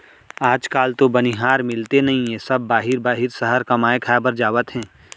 आज काल तो बनिहार मिलते नइए सब बाहिर बाहिर सहर कमाए खाए बर जावत हें